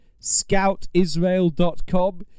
scoutisrael.com